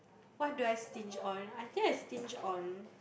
what do I stinge on I think I stinge on